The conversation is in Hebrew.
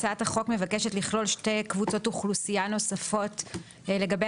הצעת החוק מבקשת לכלול שתי קבוצות אוכלוסייה נוספות לגבי